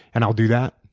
and i'll do that.